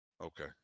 okay